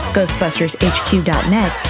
GhostbustersHQ.net